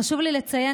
חשוב לי לציין,